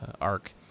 arc